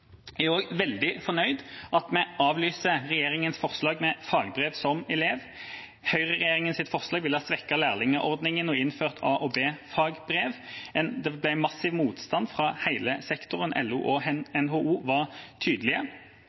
Jeg er også veldig fornøyd med at vi avlyser regjeringas forslag med fagbrev som elev. Høyreregjeringas forslag ville ha svekket lærlingordningen og innført a- og b-fagbrev. Det ble massiv motstand fra hele sektoren. LO og NHO var tydelige,